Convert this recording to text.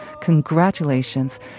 Congratulations